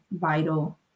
vital